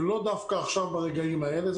ולא דווקא עכשיו ברגעים האלה.